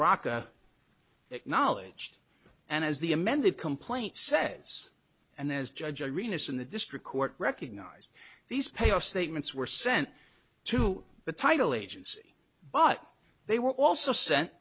rocca acknowledged and as the amended complaint says and as judge arenas in the district court recognized these pay off statements were sent to the title agency but they were also sent